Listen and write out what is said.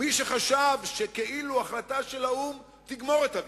מי שחשב שהחלטה של האו"ם תגמור את הוויכוח,